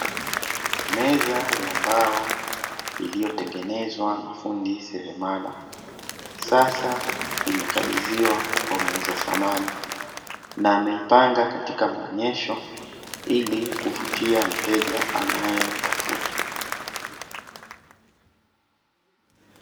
Meza ya mbao iliyotengenezwa na fundi seremala; sasa imekabidhiwa kwa muuza samani, na ameipanga katika maonyesho ili kuvutia mteja anayetafuta.